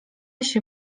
się